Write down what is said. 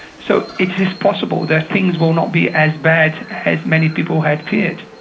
so it's possible that things will not be as bad as many people had feared.